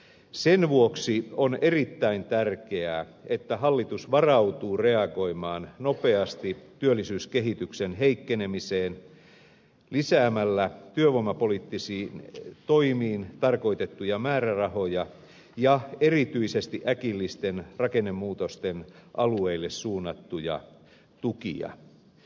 sen vuoksi on erittäin tärkeää että hallitus varautuu reagoimaan nopeasti työllisyyskehityksen heikkenemiseen lisäämällä työvoimapoliittisiin toimiin tarkoitettuja määrärahoja ja erityisesti äkillisten rakennemuutosten alueille suunnattuja tukia